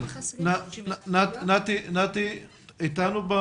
נתי איתנו?